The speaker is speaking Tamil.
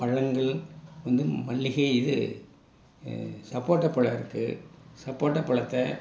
பழங்கள் வந்து மல்லிகை இது சப்போட்டா பழம் இருக்குது சப்போட்டா பழத்த